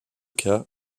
cas